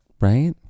Right